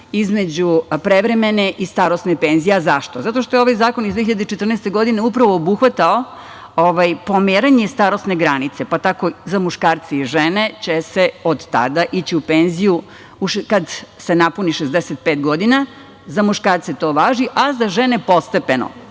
između prevremene i starosne penzije. A, zašto? Zato što je ovaj zakon iz 2014. godine upravo obuhvatao pomeranje starosne granice, pa tako i za muškarce i žene će se od tada ići u penziju kada se napuni 65 godina, za muškarce to važi, a za žene postepeno,